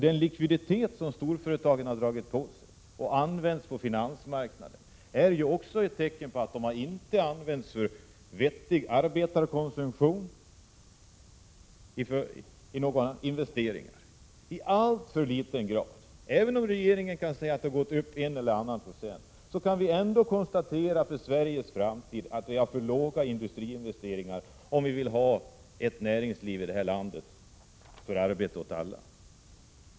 Den likviditet som storföretagen har dragit på sig och som använts på finansmarknaden är också ett tecken på att pengar i alltför liten grad använts för vettig arbetarkonsumtion och för investeringar, även om regeringen kan säga att investeringarna har gått upp en eller annan procent. För Sveriges framtid kan vi ändå konstatera att vi har för låga industriinvesteringar, om vi framöver vill ha ett näringsliv i detta land som ger arbete åt alla.